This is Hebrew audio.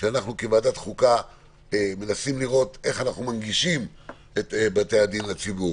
אנחנו כוועדת חוקה רוצים לראות איך אנחנו מנגישים את בתי-הדין לציבור.